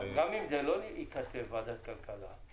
גם אם לא ייכתב ועדת הכלכלה,